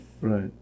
Right